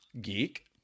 geek